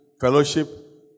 fellowship